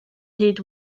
hyd